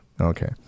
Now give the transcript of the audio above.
Okay